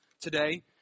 today